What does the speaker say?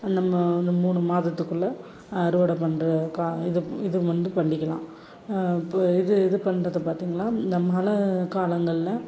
அந்த மா அந்த மூணு மாதத்துக்குள்ளே அறுவடை பண்ணுற கா இது இது வந்து பண்ணிக்கலாம் இப்போ இது இது பண்ணுறத பார்த்தீங்கன்னா இந்த மழை காலங்களில்